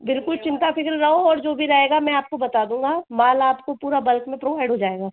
बिल्कुल चिंता फ़िक्र रहो और जो भी रहेगा मैं आपको बता दूँगा माल आपको पूरा बल्क में प्रोवाइड हो जाएगा